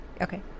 okay